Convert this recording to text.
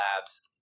labs